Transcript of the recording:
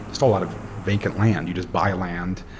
just a lot of vacant land, you just buy land.